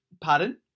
Pardon